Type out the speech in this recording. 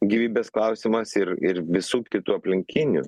gyvybės klausimas ir ir visų kitų aplinkinių